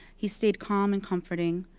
he stayed calm and comforting.